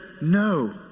no